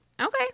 Okay